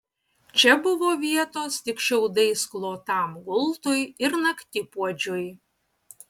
čia buvo vietos tik šiaudais klotam gultui ir naktipuodžiui